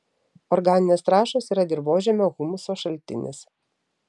organinės trąšos yra dirvožemio humuso šaltinis